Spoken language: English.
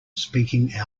speaking